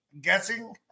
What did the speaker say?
guessing